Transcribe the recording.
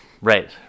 right